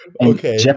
Okay